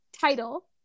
title